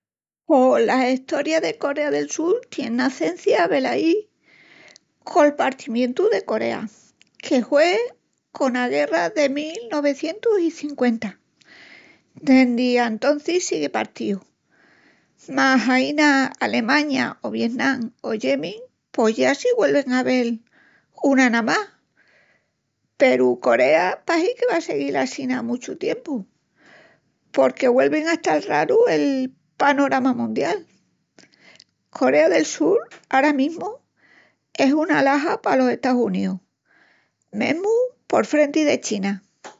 Pos la Estoria de Corea del Sul tien nacencia, velaí, col partimientu de Corea, que hue cona guerra de mil nuevicientus i cinqüenta. Dendi antocis sigui partíu. Mas aína, Alemaña o Vietnam o Yemin pos ya si güelvi a avel una namás. Peru Corea pahi que va a siguil assina muchu tiempu, porque güelvi a estal ralu el parorama mundial. Corea del Sul ara mesmu es una alaja palos Estaus Uníus, mesmu por frenti de China.